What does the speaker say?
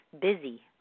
busy